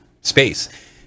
space